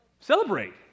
Celebrate